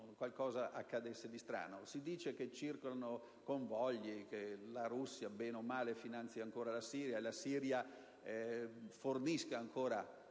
qualcosa di strano. Si dice che circolino convogli, che la Russia, bene o male, finanzi ancora la Siria e che la Siria fornisca ancora